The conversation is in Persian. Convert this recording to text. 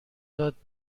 داد